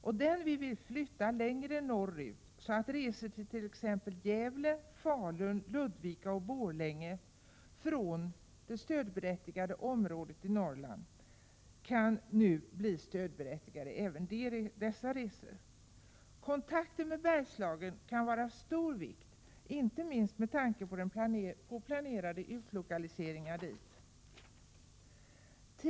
Men den här gränsen vill vi flytta längre norrut, så att resor från det stödberättigade området i Norrland till exempelvis Gävle, Falun, Ludvika eller Borlänge kan bli stödberättigade. Kontakter med Bergslagen kan vara av stor vikt, inte minst med tanke på planerade utlokaliseringar till denna region.